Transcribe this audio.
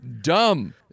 Dumb